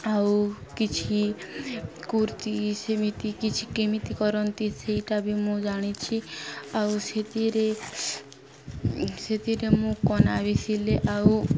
ଆଉ କିଛି କୁର୍ତ୍ତି ସେମିତି କିଛି କେମିତି କରନ୍ତି ସେଇଟା ବି ମୁଁ ଜାଣିଛି ଆଉ ସେଥିରେ ସେଥିରେ ମୁଁ କନା ବି ସିଲେ ଆଉ